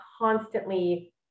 constantly